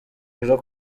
rero